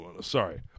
sorry